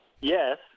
Yes